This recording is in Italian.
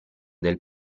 del